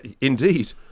Indeed